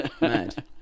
Mad